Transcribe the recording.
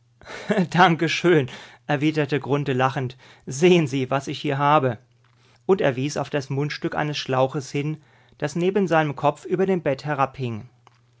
danke schön erwiderte grunthe lachend sehen sie was ich habe und er wies auf das mundstück eines schlauches hin das neben seinem kopf über dem bett